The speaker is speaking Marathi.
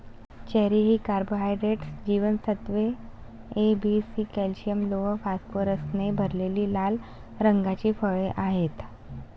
चेरी ही कार्बोहायड्रेट्स, जीवनसत्त्वे ए, बी, सी, कॅल्शियम, लोह, फॉस्फरसने भरलेली लाल रंगाची फळे आहेत